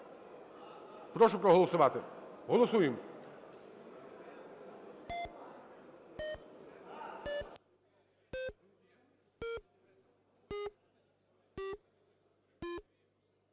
прошу проголосувати. Голосуємо.